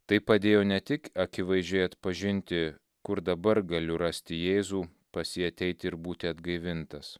tai padėjo ne tik akivaizdžiai atpažinti kur dabar galiu rasti jėzų pas jį ateiti ir būti atgaivintas